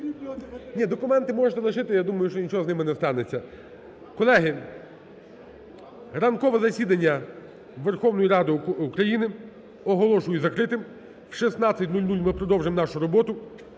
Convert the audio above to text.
ні, документи можете лишити. Я думаю, що нічого з ними не станеться. Колеги, ранкове засідання Верховної Ради України оголошую закритим. О 16:00 ми продовжимо нашу роботу.